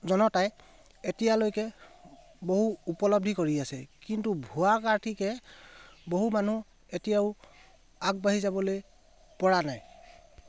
জনতাই এতিয়ালৈকে বহু উপলব্ধি কৰি আছে কিন্তু ভুৱা বহু মানুহ এতিয়াও আগবাঢ়ি যাবলৈ পৰা নাই